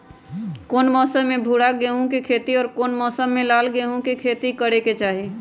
कौन मौसम में भूरा गेहूं के खेती और कौन मौसम मे लाल गेंहू के खेती करे के चाहि?